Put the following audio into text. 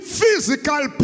physical